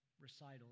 recital